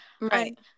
Right